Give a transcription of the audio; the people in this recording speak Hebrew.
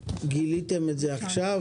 גיליתם את זה עכשיו?